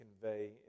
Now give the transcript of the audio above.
convey